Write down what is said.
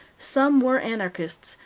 some were anarchists,